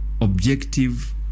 objective